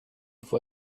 for